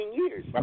years